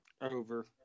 Over